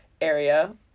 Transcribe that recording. area